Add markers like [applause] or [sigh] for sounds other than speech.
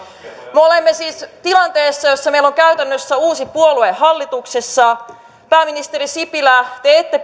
me olemme siis tilanteessa jossa meillä on käytännössä uusi puolue hallituksessa pääministeri sipilä te ette [unintelligible]